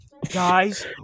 Guys